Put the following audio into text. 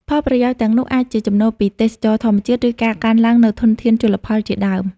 ផលប្រយោជន៍ទាំងនោះអាចជាចំណូលពីទេសចរណ៍ធម្មជាតិ ឬការកើនឡើងនូវធនធានជលផលជាដើម។